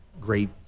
great